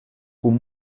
koe